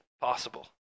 possible